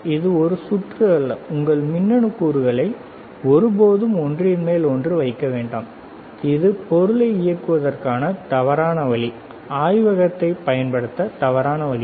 இது ஒரு சுற்று அல்ல உங்கள் மின்னணு கூறுகளை ஒருபோதும் ஒன்றின்மேல் ஒன்று வைக்க வேண்டாம் இது பொருளை இயக்குவதற்கான தவறான வழி ஆய்வகத்தில் பயன்படுத்த தவறான வழி